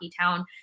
town